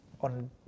on